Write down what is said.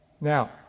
Now